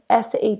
SAP